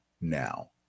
now